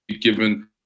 given